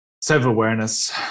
Self-awareness